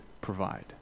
provide